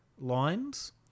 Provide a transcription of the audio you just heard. lines